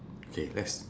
okay let's